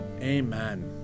Amen